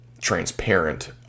transparent